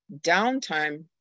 downtime